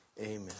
Amen